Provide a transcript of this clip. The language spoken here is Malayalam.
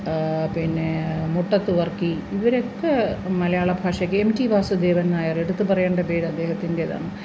പിന്നേ മുട്ടത്ത് വർക്കി ഇവരൊക്കെ മലയാളഭാഷയ്ക്ക് എം റ്റി വാസുദേവൻ നായര് എടുത്ത് പറയേണ്ട പേര് അദ്ദേഹത്തിന്റെതാണ്